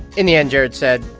in the end, jared said,